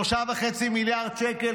3.5 מיליארד שקל,